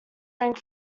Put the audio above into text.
ranked